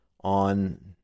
on